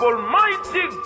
Almighty